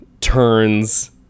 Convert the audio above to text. turns